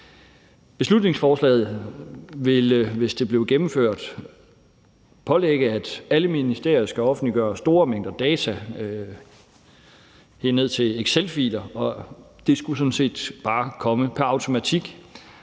Beslutningsforslaget ville, hvis det blev gennemført, pålægge alle ministerier at skulle offentliggøre store mængder data, helt ned til excelfiler, og det skulle sådan set bare komme pr. automatik.